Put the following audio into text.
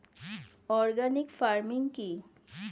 Organic farming কি?